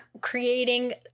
creating